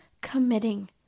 Committing